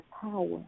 power